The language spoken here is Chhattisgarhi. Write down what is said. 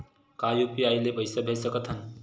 का यू.पी.आई ले पईसा भेज सकत हन?